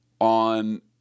on